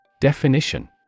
Definition